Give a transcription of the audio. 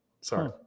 sorry